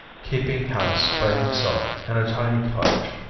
keeping house by himself in a tiny cottage,